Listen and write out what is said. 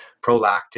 prolactin